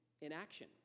inaction